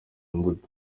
imbuto